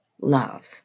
love